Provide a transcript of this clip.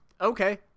Okay